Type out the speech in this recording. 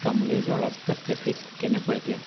কামলৈ যোৱা ৰাস্তাত ট্ৰেফিক কেনেকুৱা এতিয়া